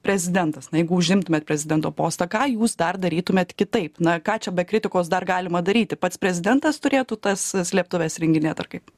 prezidentas na jeigu užimtumėt prezidento postą ką jūs dar darytumėt kitaip na ką čia be kritikos dar galima daryti pats prezidentas turėtų tas slėptuves įrenginėt ar kaip